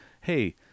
hey